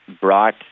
brought